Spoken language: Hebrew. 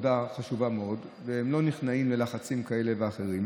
עבודה חשובה מאוד והם לא נכנעים ללחצים כאלה ואחרים.